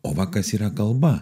o va kas yra kalba